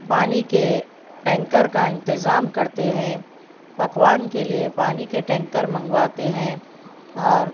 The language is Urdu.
پانی کے ٹینکر کا انتظام کرتے ہیں پکوان کے لیے پانی کے ٹینکر منگواتے ہیں اور